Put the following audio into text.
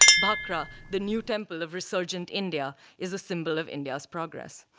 bhakra, the new temple of resurgent india, is a symbol of india's progress.